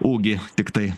ūgį tiktai